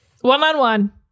One-on-one